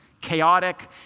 chaotic